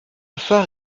phare